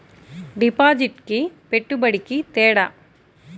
డిపాజిట్కి పెట్టుబడికి తేడా?